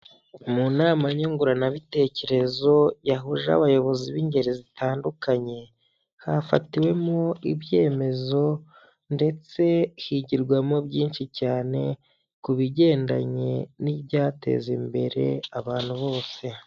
Mu nama nyunguranabitekerezo, yahuje abayobozi b'ingeri zitandukanye, hafatiwemo ibyemezo, ndetse higirwamo byinshi cyane, ku bigendanye n'ibyateza imbere abantu bose.